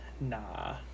Nah